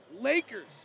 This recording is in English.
Lakers